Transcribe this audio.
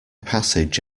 passage